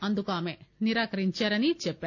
అందుకు ఆమె నిరాకరించారని చెప్పారు